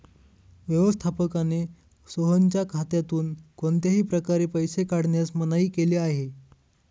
व्यवस्थापकाने सोहनच्या खात्यातून कोणत्याही प्रकारे पैसे काढण्यास मनाई केली आहे